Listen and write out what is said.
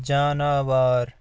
جاناوار